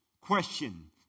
question